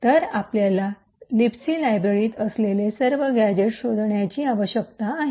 तर आपल्याला लिबसी लायब्ररीत असलेली सर्व गॅझेट्स शोधण्याची आवश्यकता आहे